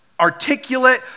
articulate